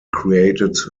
created